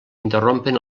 interrompen